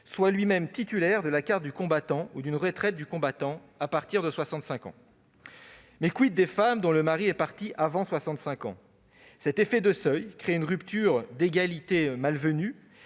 que leur mari, titulaire de la carte du combattant ou d'une retraite du combattant, soit décédé à partir de 65 ans. Mais des femmes, dont le mari est parti avant 65 ans ? Cet effet de seuil crée une rupture d'égalité déplacée